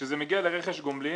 כשזה מגיע לרכש גומלין,